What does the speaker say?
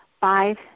five